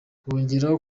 bongeraho